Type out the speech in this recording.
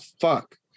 fuck